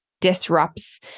disrupts